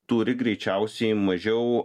turi greičiausiai mažiau